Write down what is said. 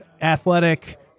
Athletic